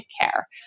care